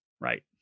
right